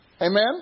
Amen